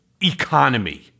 economy